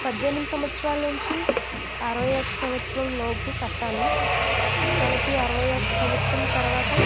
పద్దెనిమిది సంవత్సరాల నుంచి అరవై ఒక సంవత్సరం లోపు కట్టాలి మనకి అరవై ఒక సంవత్సరం తర్వాత